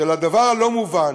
של הדבר הלא-מובן